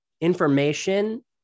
information